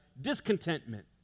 discontentment